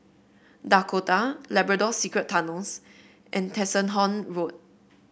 Dakota Labrador Secret Tunnels and Tessensohn Road